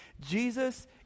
Jesus